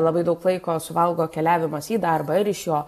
labai daug laiko suvalgo keliavimas į darbą ir iš jo